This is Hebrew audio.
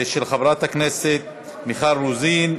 של חברת הכנסת מיכל רוזין.